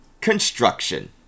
construction